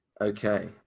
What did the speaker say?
okay